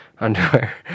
underwear